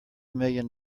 million